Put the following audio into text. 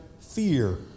fear